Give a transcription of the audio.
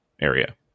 area